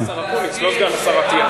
סגן השר אקוניס, לא סגן השר אטיאס.